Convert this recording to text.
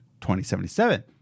2077